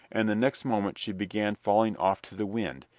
and the next moment she began falling off to the wind,